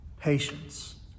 patience